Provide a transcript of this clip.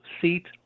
seat